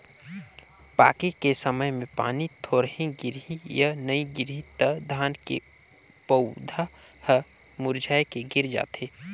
पाके के समय मे पानी थोरहे गिरही य नइ गिरही त धान के पउधा हर मुरझाए के गिर जाथे